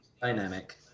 dynamic